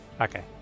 Okay